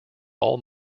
all